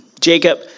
Jacob